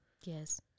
Yes